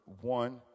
one